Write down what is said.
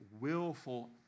willful